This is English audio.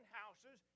houses